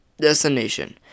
destination